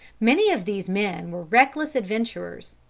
many of these men were reckless adventurers.